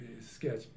sketch